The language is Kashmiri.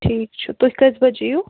ٹھیٖک چھُ تُہۍ کٕژِ بَجہِ یِیِو